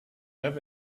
have